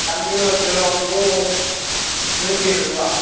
கம்பி ஒரு கிலோ வந்து நூற்றி இருபதுரூபா